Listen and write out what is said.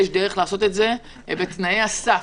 יש דרך לעשות את זה בתנאי הסף.